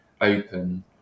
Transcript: open